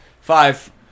Five